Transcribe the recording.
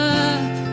up